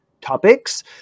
topics